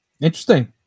Interesting